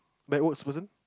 backwards person